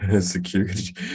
Security